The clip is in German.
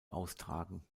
austragen